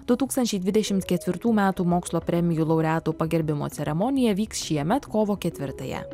du tūkstančiai dvidešimt ketvirtų metų mokslo premijų laureatų pagerbimo ceremonija vyks šiemet kovo ketvirtąją